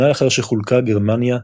שנה לאחר שחולקה גרמניה,